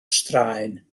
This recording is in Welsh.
straen